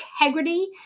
integrity